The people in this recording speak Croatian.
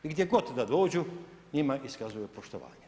I gdje god da dođu, njima iskazuju poštovanje.